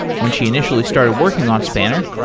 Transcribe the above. when she initially started working on spanner,